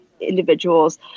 individuals